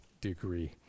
degree